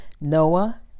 Noah